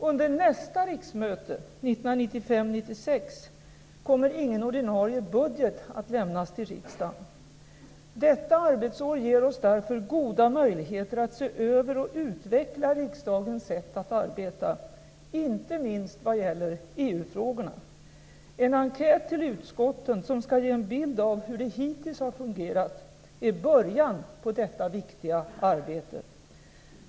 Under nästa riksmöte, 1995/96, kommer ingen ordinarie budget att avlämnas till riksdagen. Detta arbetsår ger oss därför goda möjligheter att se över och utveckla riksdagens sätt att arbeta, inte minst vad gäller EU-frågorna. En enkät till utskotten, som skall ge en bild av hur det hittills fungerat, är början på detta viktiga arbete.